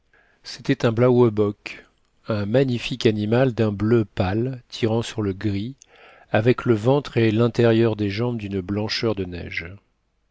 c'était un blawe bock un magnifique animal d'un bleu pâle tirant sur le gris avec le ventre et l'intérieur des jambes d'une blancheur de neige